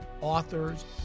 authors